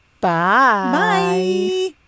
Bye